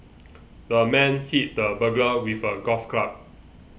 the man hit the burglar with a golf club